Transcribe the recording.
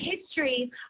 history